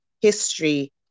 history